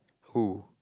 who